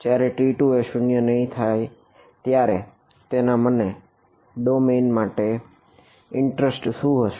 જયારે T2 એ શૂન્ય નહિ હોય ત્યારે તેના માટે ડોમેઇન શું હશે